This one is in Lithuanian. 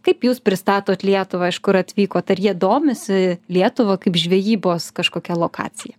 kaip jūs pristatot lietuvą iš kur atvykot ar jie domisi lietuva kaip žvejybos kažkokia lokacija